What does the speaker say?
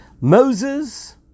Moses